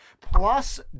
Plus